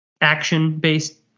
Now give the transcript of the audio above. action-based